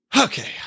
Okay